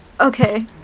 Okay